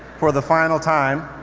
for the final time,